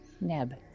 Neb